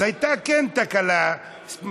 אז כן הייתה תקלה מסוימת.